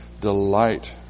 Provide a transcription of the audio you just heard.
delight